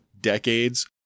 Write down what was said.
decades